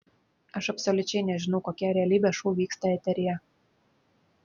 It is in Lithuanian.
aš absoliučiai nežinau kokie realybės šou vyksta eteryje